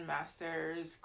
Master's